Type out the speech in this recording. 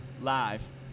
live